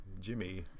Jimmy